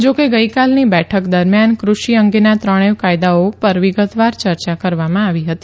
જોકે ગઇકાલની બેઠક દરમિયાન કૃષિ અંગેના ત્રણેય કાયદાઓ ઉપર વિગતવાર યર્યા કરવામાં આવી હતી